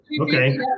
okay